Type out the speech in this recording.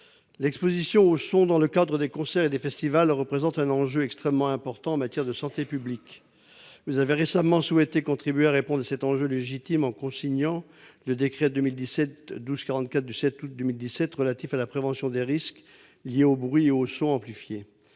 l'exposition aux sons dans le cadre des concerts et des festivals représente un enjeu extrêmement important en matière de santé publique. Mme la ministre des solidarités et de la santé a récemment souhaité contribuer à répondre à cet enjeu légitime en cosignant le décret 2017-1244 du 7 août 2017 relatif à la prévention des risques liés aux bruits et aux sons amplifiés.